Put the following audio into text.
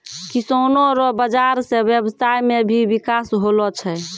किसानो रो बाजार से व्यबसाय मे भी बिकास होलो छै